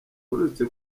uherutse